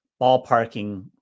ballparking